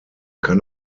kann